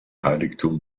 heiligtum